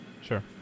Sure